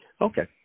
Okay